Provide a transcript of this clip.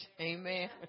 Amen